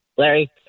Larry